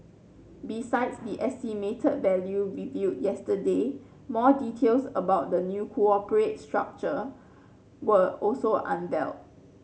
besides the estimated value revealed yesterday more details about the new corporate structure were also unveiled